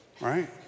Right